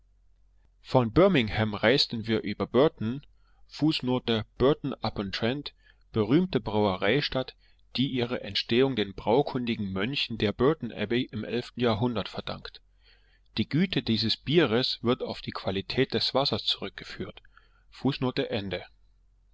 von birmingham reisten wir über burton fußnote burton upon trent berühmte brauereistadt die ihre entstehung den braukundigen mönchen der burton abbey im jahrhundert verdankt die güte dieses bieres wird auf die qualität des wasser zurückgeführt